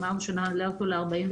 אמרנו שנעלה ל-45.